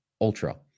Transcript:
ultra